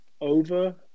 over